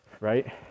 right